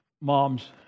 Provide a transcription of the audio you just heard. mom's